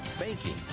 banking,